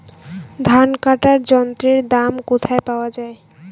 ধান কাটার যন্ত্রের দাম কোথায় পাওয়া যায়?